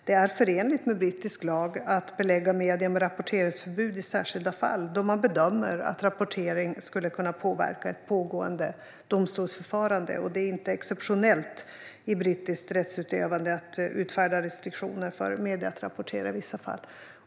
Det är förenligt med brittisk lag att belägga medier med rapporteringsförbud i särskilda fall då man bedömer att rapportering skulle kunna påverka ett pågående domstolsförfarande. Det är inte exceptionellt i brittiskt rättsutövande att utfärda restriktioner för medierna att rapportera vissa fall.